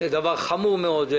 דבר חמור מאוד,